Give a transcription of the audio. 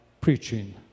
Preaching